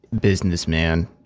Businessman